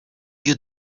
you